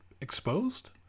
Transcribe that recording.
exposed